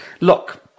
Look